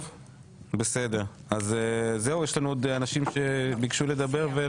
טוב בסדר, אז זהו, יש לנו עוד אנשים שביקשו לדבר?